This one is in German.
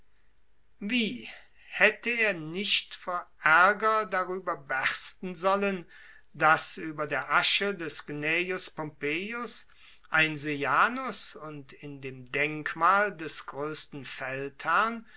wie hätte er nicht darüber bersten sollen daß über der asche des cnejus pompejus ein sejanus und in dem denkmal des größten feldherrn